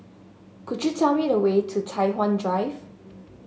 could you tell me the way to Tai Hwan Drive